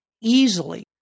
easily